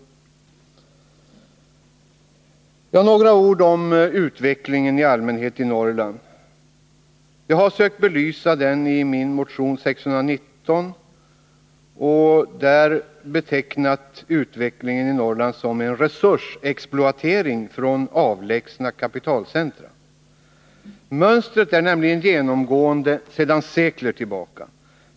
Jag vill säga några ord om utvecklingen i allmänhet i Norrland. Jag har sökt belysa den i min motion 619 och har där betecknat utvecklingen i Norrland som en resursexploatering från avlägsna kapitalcentra. Mönstret är genomgående sedan sekler tillbaka.